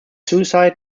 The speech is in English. suicide